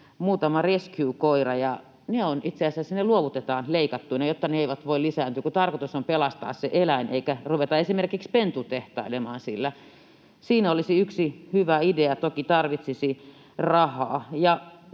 muutama rescuekoira, ja ne itse asiassa luovutetaan leikattuina, jotta ne eivät voi lisääntyä, kun tarkoitus on pelastaa se eläin eikä ruveta esimerkiksi pentutehtailemaan sillä. Siinä olisi yksi hyvä idea — toki tarvitsisi rahaa.